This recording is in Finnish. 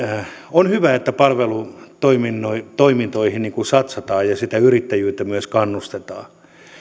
on hyvä että palvelutoimintoihin satsataan ja sitä yrittäjyyttä myös kannustetaan